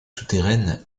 souterraines